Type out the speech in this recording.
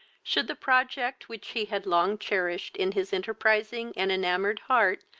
should the project, which he had long cherished in his enterprizing and enamoured heart,